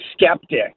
skeptic